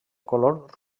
color